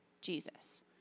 Jesus